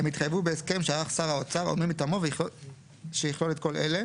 הם התחייבו בהסכם שערך שר האוצר או מי מטעמו ויכלול את כל אלה: